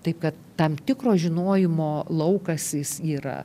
taip kad tam tikro žinojimo laukas jis yra